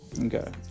okay